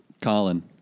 Colin